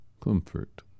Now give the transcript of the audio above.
comfort